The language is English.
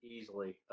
easily